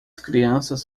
crianças